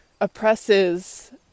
oppresses